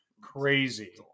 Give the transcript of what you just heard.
crazy